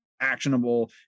actionable